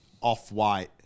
off-white